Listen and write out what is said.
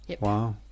wow